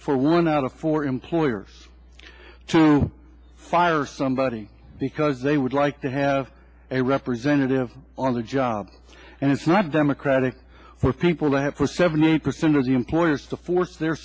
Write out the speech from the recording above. for one out of four employers to fire somebody because they would like to have a representative on the job and it's not democratic for people to have for seventy percent of the employers to force their